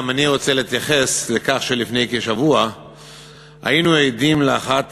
גם אני רוצה להתייחס לכך שלפני כשבוע היינו עדים לאחד